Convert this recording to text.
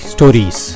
Stories